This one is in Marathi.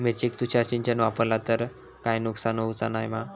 मिरचेक तुषार सिंचन वापरला तर काय नुकसान होऊचा नाय मा?